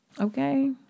okay